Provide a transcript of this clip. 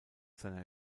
seiner